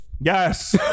Yes